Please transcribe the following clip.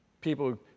People